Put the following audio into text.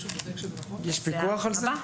יש פיקוח על זה?